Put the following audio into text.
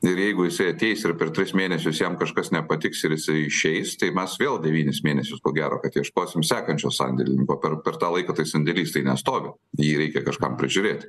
ir jeigu jisai ateis ir per tris mėnesius jam kažkas nepatiks ir jisai išeis tai mes vėl devynis mėnesius ko gero kad ieškosim sekančio sandėlininko per per tą laiką tai sandėlys tai nestovi jį reikia kažkam prižiūrėti